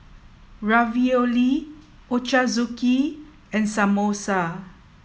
Ravioli Ochazuke and Samosa